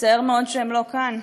מצער מאוד שהם לא כאן.